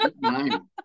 Nine